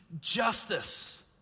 justice